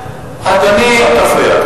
אדוני, אל תפריע.